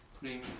putting